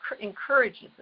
encourages